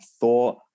thought